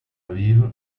aviv